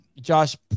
Josh